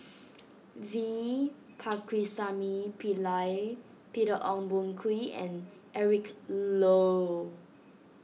V Pakirisamy Pillai Peter Ong Boon Kwee and Eric Low